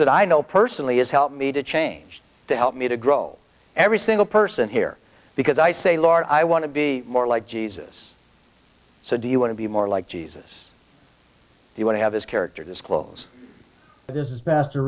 that i know personally has helped me to change to help me to grow every single person here because i say lord i want to be more like jesus so do you want to be more like jesus you want to have his character this close this is vast